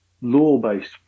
Law-based